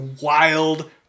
wild